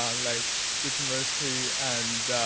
um like duke university and